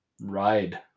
ride